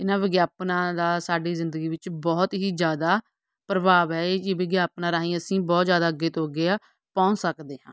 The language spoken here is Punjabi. ਇਹਨਾਂ ਵਿਗਿਆਪਨਾਂ ਦਾ ਸਾਡੀ ਜ਼ਿੰਦਗੀ ਵਿੱਚ ਬਹੁਤ ਹੀ ਜ਼ਿਆਦਾ ਪ੍ਰਭਾਵ ਹੈ ਇਹ ਕਿ ਵਿਗਿਆਪਨਾਂ ਰਾਹੀਂ ਅਸੀਂ ਬਹੁਤ ਜ਼ਿਆਦਾ ਅੱਗੇ ਤੋਂ ਅੱਗੇ ਆ ਪਹੁੰਚ ਸਕਦੇ ਹਾਂ